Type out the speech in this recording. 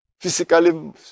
Physically